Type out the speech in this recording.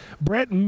brett